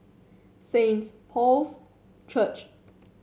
Saint Paul's Church